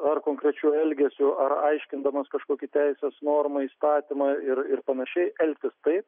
ar konkrečiu elgesiu ar aiškindamas kažkokį teisės normą įstatymą ir ir panašiai elgtis taip